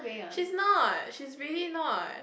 she's not she's really not